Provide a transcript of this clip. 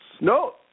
No